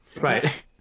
Right